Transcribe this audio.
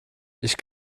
ich